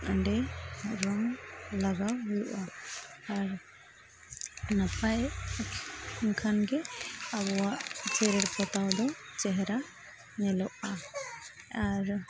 ᱚᱸᱰᱮ ᱨᱚᱝ ᱞᱟᱜᱟᱣ ᱦᱩᱭᱩᱜᱼᱟ ᱟᱨ ᱱᱟᱯᱟᱭ ᱞᱮᱱᱠᱷᱟᱱ ᱜᱮ ᱟᱵᱚᱣᱟᱜ ᱡᱮᱨᱮᱲ ᱯᱚᱛᱟᱣ ᱫᱚ ᱪᱮᱦᱨᱟ ᱧᱮᱞᱚᱜᱼᱟ ᱟᱨ